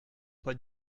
pas